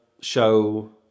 show